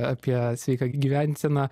apie sveiką gyvenseną